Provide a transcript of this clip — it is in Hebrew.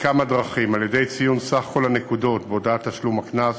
בכמה דרכים: בציון סך כל הנקודות בהודעת תשלום הקנס